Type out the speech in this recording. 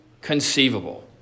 conceivable